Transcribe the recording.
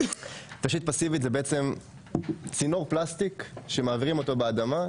תשתית פסיבית זה צינור פלסטיק שמעבירים אותו באדמה,